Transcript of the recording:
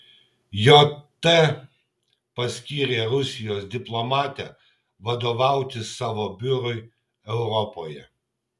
jt paskyrė rusijos diplomatę vadovauti savo biurui europoje